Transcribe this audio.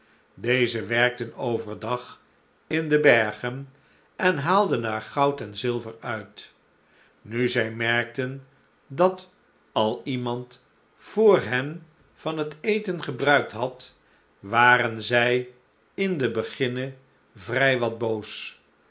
deze werkten over dag in de bergen en haalden daar goud en zilver uit nu zij merkten dat al iemand vr hen van het eten gebruikt had waren zij in den beginne vrij wat boos